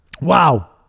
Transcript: wow